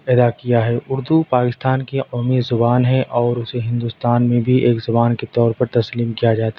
ادا کیا ہے اردو پاکستان کی قومی زبان ہے اور اسے ہندوستان میں بھی ایک زبان کے طور پر تسلیم کیا جاتا ہے